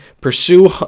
pursue